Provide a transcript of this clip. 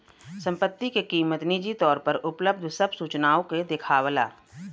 संपत्ति क कीमत निजी तौर पर उपलब्ध सब सूचनाओं के देखावला